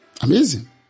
Amazing